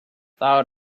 thought